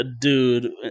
dude